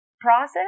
process